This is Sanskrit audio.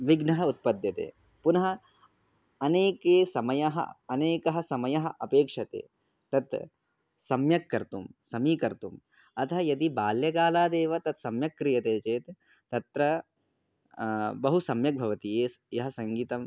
विघ्नः उत्पद्यते पुनः अनेकः समयः अनेकः समयः अपेक्षते तत् सम्यक् कर्तुं समीकर्तुम् अतः यदि बाल्यकालादेव तत् सम्यक् क्रियते चेत् तत्र बहु सम्यक् भवति ये स् यः सङ्गीतम्